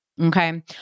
Okay